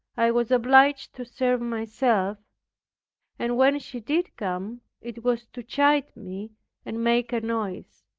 i was obliged to serve myself and when she did come, it was to chide me and make a noise.